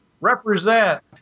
Represent